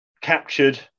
captured